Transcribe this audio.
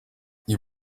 you